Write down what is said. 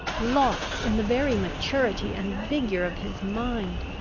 lost in the very maturity and vigour of his mind!